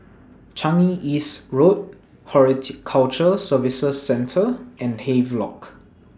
Changi East Road Horticulture Services Centre and Havelock